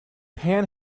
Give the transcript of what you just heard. pan